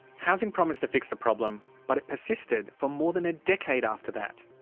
housing promised to fix the problem, but it persisted for more than a decade after that.